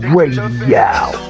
Radio